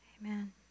Amen